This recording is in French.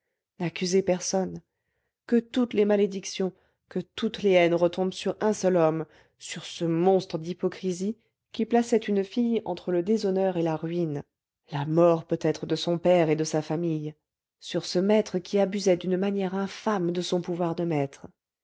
n'accusez personne que toutes les malédictions que toutes les haines retombent sur un seul homme sur ce monstre d'hypocrisie qui plaçait une fille entre le déshonneur et la ruine la mort peut-être de son père et de sa famille sur ce maître qui abusait d'une manière infâme de son pouvoir de maître